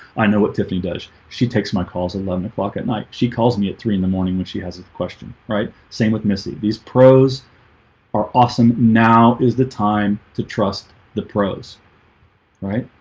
i know what tiffany does she takes my calls eleven o'clock at night she calls me at three zero in the morning when she has a question right same with missy these pros are awesome now is the time to trust the pros right.